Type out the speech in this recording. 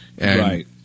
Right